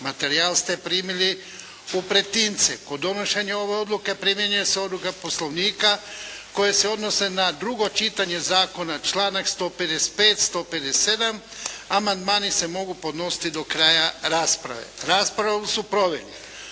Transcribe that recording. Materijal ste primili u pretince. Kod donošenja ove odluke primjenjuje se odluka poslovnika koje se odnose na drugo čitanje zakona, članak 155., 157. Amandmani se mogu podnositi do kraja rasprave. Raspravu su proveli